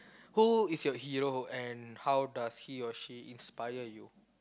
who is your hero and how does he or she inspire you